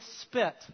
spit